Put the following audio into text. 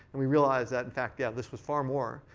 we realized that, in fact, yeah this was far more,